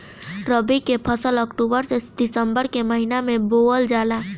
रबी के फसल अक्टूबर से दिसंबर के महिना में बोअल जाला